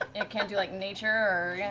i can't do like nature, yeah